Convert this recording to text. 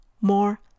more